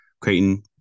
Creighton